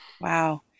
wow